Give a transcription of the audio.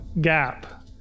gap